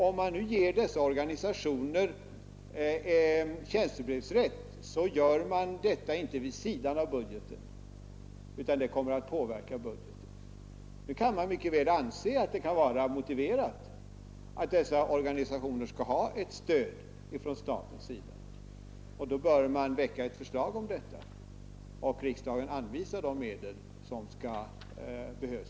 Om man nu ger dessa organisationer tjänstebrevsrätt gör man inte det vid sidan av budgeten utan det kommer att påverka budgeten. Nu kan man mycket väl anse det motiverat att dessa organisationer skall ha ett stöd från siaten. Men då bör man väcka förslag om det, och riksdagen får anvisa de medel som behövs.